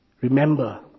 Remember